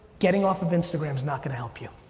getting off of instagram is not gonna help you.